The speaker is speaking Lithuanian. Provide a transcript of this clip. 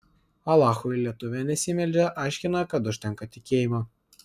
alachui lietuvė nesimeldžia aiškina kad užtenka tikėjimo